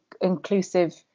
inclusive